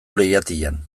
leihatilan